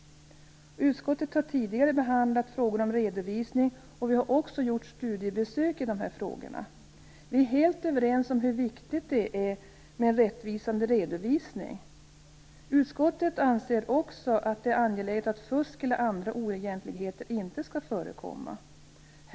Utskottet har tidigare behandlat frågor om redovisning och har också gjort studiebesök i de här frågorna. Vi är helt överens om hur viktigt det är med en rättvisande redovisning. Utskottet anser också att det är angeläget att fusk eller andra oegentligheter inte skall förekomma.